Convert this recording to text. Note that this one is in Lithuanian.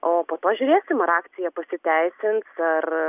o po to žiūrėsim ar akcija pasiteisins ar